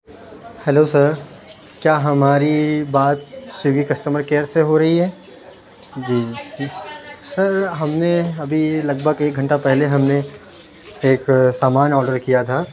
hello sir کیا ہماری بات سویگی کسٹمر کیئر سے ہو رہی ہے جی سر ہم نے ابھی لگ بھگ ایک گھنٹہ پہلے ہم نے ایک سامان آڈر کیا تھا